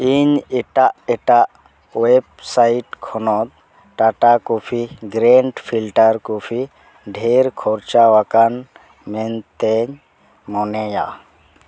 ᱤᱧ ᱮᱴᱟᱜ ᱮᱴᱟᱜ ᱚᱭᱮᱵᱥᱟᱭᱤᱴ ᱠᱷᱚᱱᱟᱜ Tata coffee grand filter coffee ᱰᱷᱮᱨ ᱠᱷᱚᱨᱪᱟᱣᱟᱠᱟᱱ ᱢᱮᱱᱛᱮᱧ ᱢᱚᱱᱮᱭᱟ